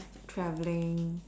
traveling